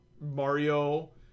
Mario